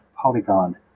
polygon